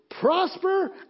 prosper